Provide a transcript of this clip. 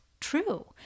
true